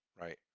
Right